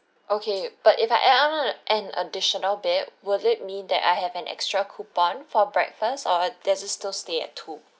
okay but if I add on an additional bed will it mean that I have an extra coupon for breakfast or does it still stay at two